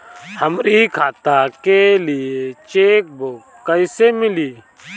हमरी खाता के लिए चेकबुक कईसे मिली?